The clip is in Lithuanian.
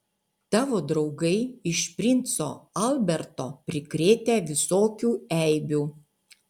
tavo draugai iš princo alberto prikrėtę visokių eibių